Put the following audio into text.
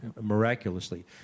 miraculously